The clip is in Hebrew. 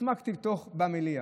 הסמקתי במליאה,